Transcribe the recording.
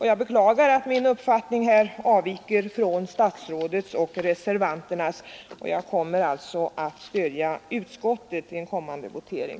Jag beklagar, att min uppfattning härvidlag avviker från statsrådets och reservanternas. Jag kommer alltså att stödja utskottets förslag i en kommande votering.